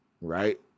right